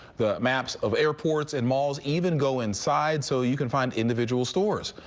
the maps of airports and malls even go inside so you can find individual stores.